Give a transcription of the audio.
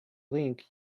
link